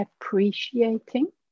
appreciating